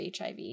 HIV